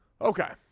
Okay